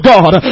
God